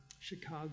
Chicago